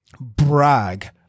brag